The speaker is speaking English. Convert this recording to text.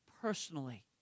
personally